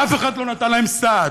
ואף אחד לא נתן להם סעד.